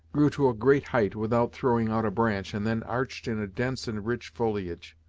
grew to a great height without throwing out a branch, and then arched in a dense and rich foliage.